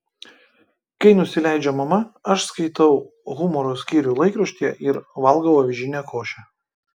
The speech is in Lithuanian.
kai nusileidžia mama aš skaitau humoro skyrių laikraštyje ir valgau avižinę košę